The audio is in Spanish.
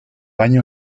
año